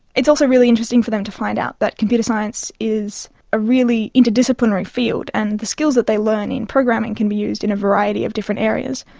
it's also really interesting for them to find out that computer science is a really interdisciplinary field, and the skills that they learn in programming can be used in a variety of different areas,